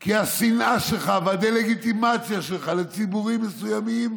כי השנאה שלך והדה-לגיטימציה שלך לציבורים מסוימים,